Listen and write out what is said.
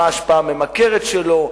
מה ההשפעה הממכרת שלו,